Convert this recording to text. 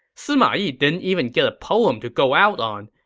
sima yi didn't even get a poem to go out on,